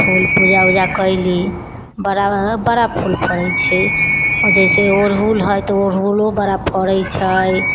फूल पूजा उजा कैली बड़ा हऽ बड़ा फूल फड़ैत छै जैसे ओड़हुल हइ तऽ ओड़हुलो बड़ा फड़ैत छै